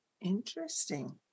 Interesting